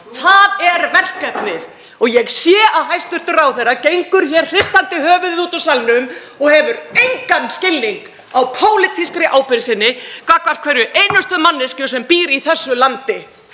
Það er verkefnið. Ég sé að hæstv. ráðherra gengur hér, hristandi höfuðið, út úr salnum og hefur engan skilning á pólitískri ábyrgð sinni gagnvart hverri einustu manneskju sem býr í þessu landi.